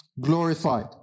glorified